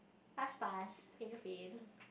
pass pass fail fail